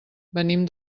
venim